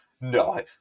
no